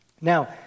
Now